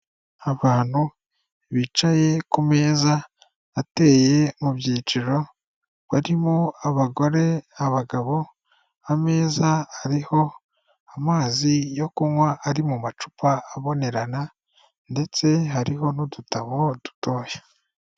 Abantu bicaye ku meza ateye mu byiciro barimo abagore, abagabo, ameza ariho amazi yo kunywa ari mu macupa abonerana, ndetse hariho n'udutabo dutoya.